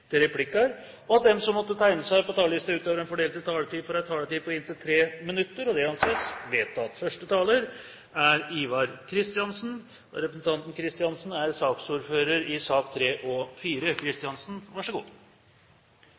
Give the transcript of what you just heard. replikker, og at de som måtte tegne seg på talerlisten utover den fordelte taletid, får en taletid på inntil 3 minutter. – Det anses vedtatt. Det er tre avtaler Stortinget i dag inviteres til å ratifisere. Det er